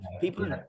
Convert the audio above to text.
people